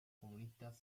comunistas